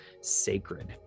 sacred